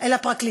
אל הפרקליטים.